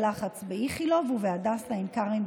לחץ חדשים: באיכילוב ובהדסה עין כרם,